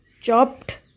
chopped